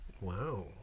wow